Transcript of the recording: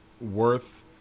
worth